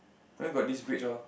why got this bridge lor